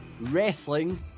wrestling